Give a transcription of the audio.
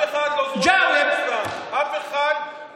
אבל אנחנו כל הזמן אומרים שהכיבוש הוא שורש כל רע.